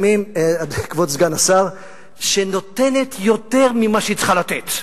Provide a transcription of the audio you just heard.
כבוד סגן השר, שנותנת יותר ממה שהיא צריכה לתת.